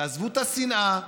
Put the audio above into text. תעזבו את השנאה,